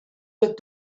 that